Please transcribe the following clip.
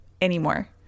anymore